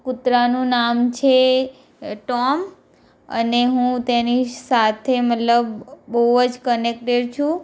કુતરાંનું નામ છે ટોમ અને હું તેની સાથે મતલબ બહુ જ કનેક્ટેડ છું